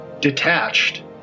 detached